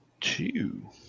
Two